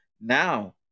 Now